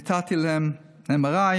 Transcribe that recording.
נתתי להם MRI,